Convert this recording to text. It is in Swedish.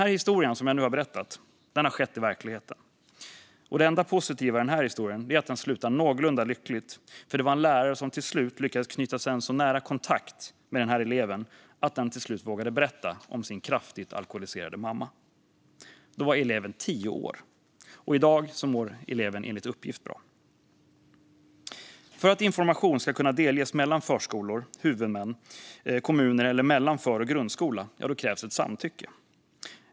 Det jag nu har berättat har skett i verkligheten. Det enda positiva i denna historia är att den slutar någorlunda lyckligt, för till slut lyckades en lärare knyta en så nära kontakt med eleven att denne till slut vågade berätta om sin kraftigt alkoholiserade mamma. Då var eleven tio år. I dag mår eleven enligt uppgift bra. För att information ska kunna delges mellan förskolor, huvudmän eller kommuner eller mellan för och grundskola krävs samtycke.